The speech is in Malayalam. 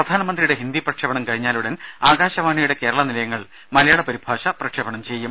പ്രധാനമന്ത്രിയുടെ ഹിന്ദി പ്രക്ഷേപണം കഴിഞ്ഞാലുടൻ ആകാശവാണിയുടെ കേരള നിലയങ്ങൾ മലയാള പരിഭാഷ പ്രക്ഷേപണം ചെയ്യും